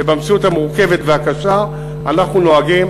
ובמציאות המורכבת והקשה אנחנו נוהגים